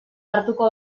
hartuko